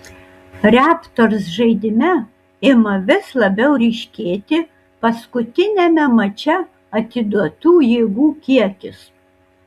raptors žaidime ima vis labiau ryškėti paskutiniame mače atiduotų jėgų kiekis